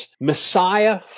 Messiah